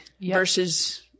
versus